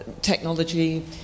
technology